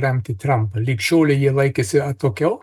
remti trampą lig šiolei jie laikėsi atokiau